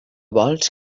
vols